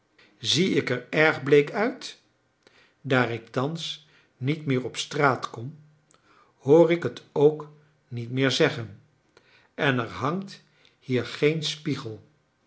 zie ik er erg bleek uit daar ik thans niet meer op straat kom hoor ik het ook niet meer zeggen en er hangt hier geen spiegel